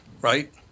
right